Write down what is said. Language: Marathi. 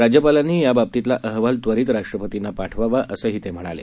राज्यपालांनी या बाबतीतला अहवाल त्वरीत राष्ट्रपतींना पाठवावा असंही ते म्हणाले